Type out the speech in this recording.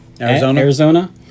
Arizona